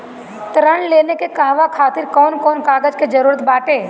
ऋण लेने के कहवा खातिर कौन कोन कागज के जररूत बाटे?